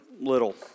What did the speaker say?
little